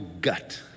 gut